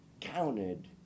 counted